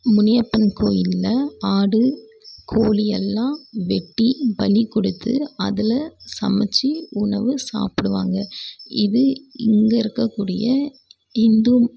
முனியப்பன் கோயிலில் ஆடு கோழியெல்லாம் வெட்டி பலி கொடுத்து அதில் சமைச்சு உணவு சாப்பிடுவாங்க இது இங்கே இருக்கக்கூடிய இந்து